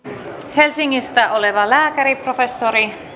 helsingistä oleva lääkäri professori